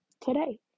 today